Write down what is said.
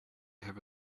have